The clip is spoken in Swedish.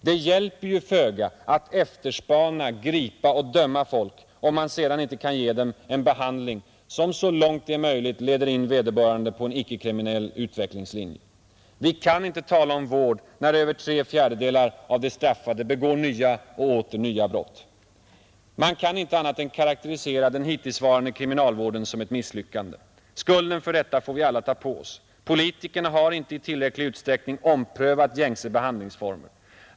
Det hjälper ju föga att efterspana, gripa och döma folk om man sedan inte kan ge dem en behandling som så långt det är möjligt leder in vederbörande på en icke-kriminell utvecklingslinje. Vi kan icke tala om vård när över tre fjärdedelar av de straffade begår nya och åter nya brott. Man kan inte annat än karakterisera den hittillsvarande kriminalvården som ett misslyckande. Skulden för detta får vi alla ta på oss. Politikerna har inte i tillräcklig utsträckning omprövat gängse behandlingsformer.